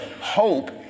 hope